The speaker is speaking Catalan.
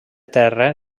terra